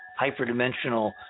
hyperdimensional